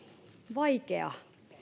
vaikea